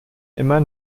immer